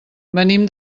venim